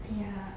ya